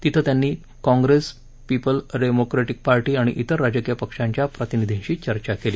तिथं त्यांनी Congress peoples democratic party आणि तिर राजकीय पक्षांच्या प्रतिनिधींशी चर्चा केली